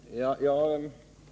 Herr talman!